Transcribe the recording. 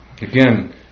Again